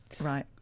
right